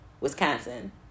Wisconsin